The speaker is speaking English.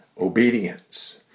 obedience